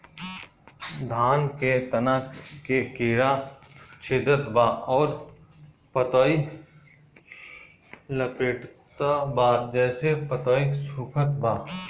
धान के तना के कीड़ा छेदत बा अउर पतई लपेटतबा जेसे पतई सूखत बा?